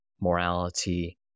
morality